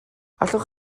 allwch